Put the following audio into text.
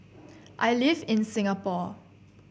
I live in Singapore